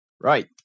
Right